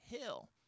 hill